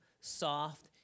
soft